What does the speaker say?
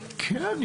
15:30.